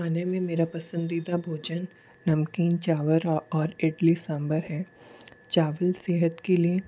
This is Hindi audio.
खाने में मेरा पसंदीदा भोजन नमकीन चावल और इडली सांभर है चावल सेहत के लिए